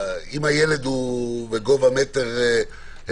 ההיגיון נפסק בשלב מסוים.